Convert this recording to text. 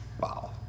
wow